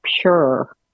pure